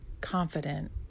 confident